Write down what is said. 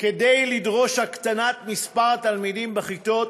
כדי לדרוש את הקטנת מספר התלמידים בכיתות